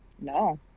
No